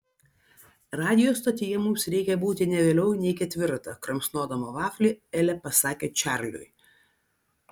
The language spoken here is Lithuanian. radijo stotyje mums reikia būti ne vėliau nei ketvirtą kramsnodama vaflį elė pasakė čarliui